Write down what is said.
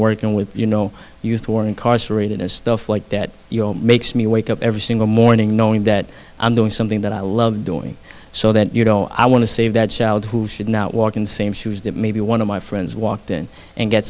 working with you know used for incarcerated and stuff like that you know makes me wake up every single morning knowing that i'm doing something that i love doing so that you know i want to save that child who should not walk in the same shoes that maybe one of my friends walked in and get